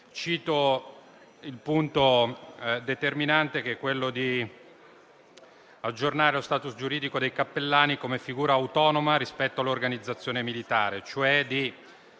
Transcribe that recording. Cito il punto determinante, quello di aggiornare lo *status* giuridico dei cappellani come figura autonoma rispetto all'organizzazione militare; mi